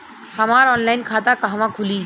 हमार ऑनलाइन खाता कहवा खुली?